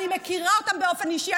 אני מכירה אותם באופן אישי,